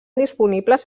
disponibles